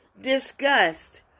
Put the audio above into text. disgust